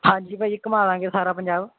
ਹਾਂਜੀ ਭਾਅ ਜੀ ਘੁੰਮਾ ਦੇਵਾਂਗੇ ਸਾਰਾ ਪੰਜਾਬ